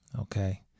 Okay